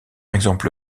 exemple